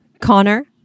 Connor